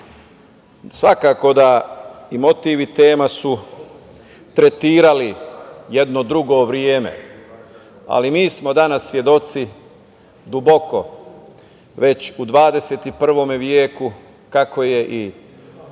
da su i motiv i tema tretirali jedno drugo vreme, ali mi smo danas svedoci, duboko već u 21. veku, kako je i ćuprija